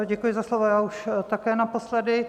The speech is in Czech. Děkuji za slovo, já už také naposledy.